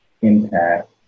impact